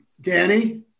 Danny